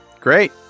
great